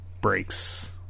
breaks